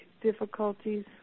difficulties